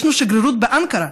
יש לנו שגרירות באנקרה,